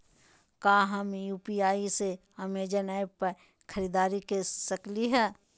का हम यू.पी.आई से अमेजन ऐप पर खरीदारी के सकली हई?